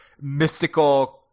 mystical